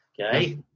Okay